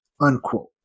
unquote